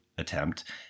attempt